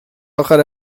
اخر